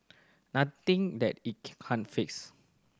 nothing that it can't fix